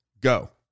Go